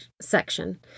section